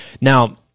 Now